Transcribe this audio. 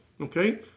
okay